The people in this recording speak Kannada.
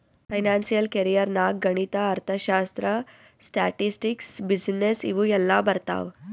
ಫೈನಾನ್ಸಿಯಲ್ ಕೆರಿಯರ್ ನಾಗ್ ಗಣಿತ, ಅರ್ಥಶಾಸ್ತ್ರ, ಸ್ಟ್ಯಾಟಿಸ್ಟಿಕ್ಸ್, ಬಿಸಿನ್ನೆಸ್ ಇವು ಎಲ್ಲಾ ಬರ್ತಾವ್